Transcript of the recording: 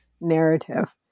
narrative